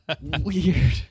weird